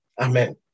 Amen